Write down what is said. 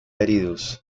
heridos